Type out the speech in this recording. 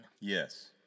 Yes